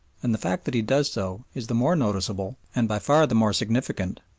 and the fact that he does so is the more noticeable, and by far the more significant,